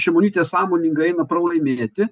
šimonytė sąmoningai eina pralaimėti